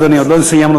עוד לא סיימנו.